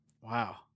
Wow